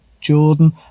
Jordan